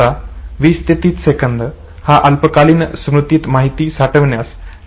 आता 20 ते 30 सेकंद हा अल्पकालीन स्मृतीत माहिती साठविण्यास लवचिक कालावधी असू शकतो